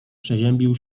przeziębił